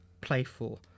playful